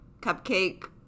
cupcake